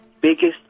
biggest